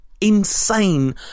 Insane